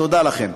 תודה לכם.